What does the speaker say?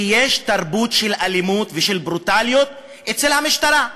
כי יש תרבות של אלימות ושל ברוטליות אצל המשטרה.